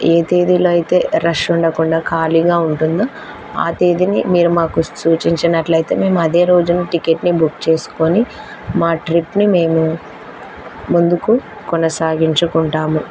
ఏ తేదీలో అయితే రష్ ఉండకుండా ఖాళీగా ఉంటుందో ఆ తేదీని మీరు మాకు సూచించినట్లయితే మేము అదే రోజున టిక్కెట్ని బుక్ చేసుకొని మా ట్రిప్ని మేము ముందుకు కొనసాగించుకుంటాము